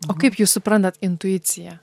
o kaip jūs suprantat intuiciją